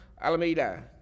Alameda